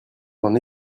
d’en